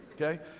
okay